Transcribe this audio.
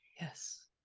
Yes